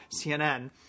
CNN